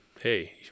hey